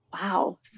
Wow